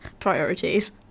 priorities